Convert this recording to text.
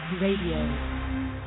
Radio